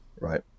right